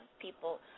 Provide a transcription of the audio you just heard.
people